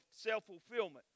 self-fulfillment